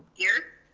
here.